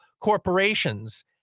corporations